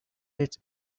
its